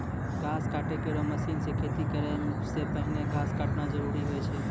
घास काटै केरो मसीन सें खेती करै सें पहिने घास काटना जरूरी होय छै?